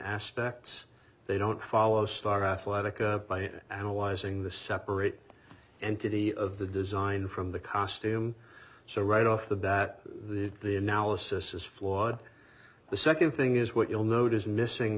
aspects they don't follow star athletica by analyzing the separate entity of the design from the costume so right off the bat the analysis is flawed the second thing is what you'll notice missing